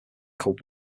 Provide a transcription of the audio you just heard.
called